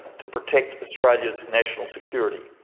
to protect australia's national security.